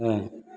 हेँ